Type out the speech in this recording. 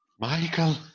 Michael